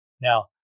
Now